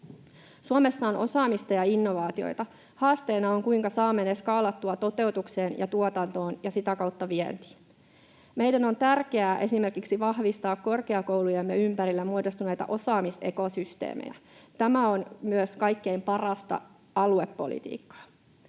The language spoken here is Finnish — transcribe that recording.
Suomessa on osaamista ja innovaatioita. Haasteena on, kuinka saamme ne skaalattua toteutukseen ja tuotantoon ja sitä kautta vientiin. Meidän on tärkeää esimerkiksi vahvistaa korkeakoulujemme ympärille muodostuneita osaamisekosysteemejä. Tämä on myös kaikkein parasta aluepolitiikkaa.